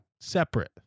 separate